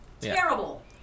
Terrible